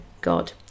God